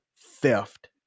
theft